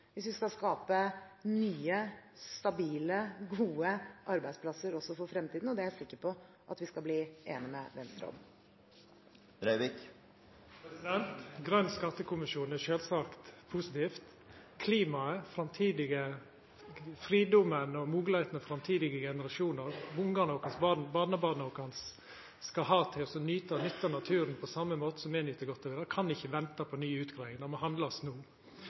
vi skal skape nye, stabile, gode arbeidsplasser også for fremtiden, og det er jeg sikker på at vi skal bli enige med Venstre om. Grøn skattekommisjon er sjølvsagt positivt. Fridomen og moglegheitene framtidige generasjonar, ungane og barnebarna våre, skal ha til å nyta og nytta naturen på same måte som me nyt godt av han, kan ikkje venta på nye utgreiingar. Det må handlast no.